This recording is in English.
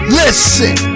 listen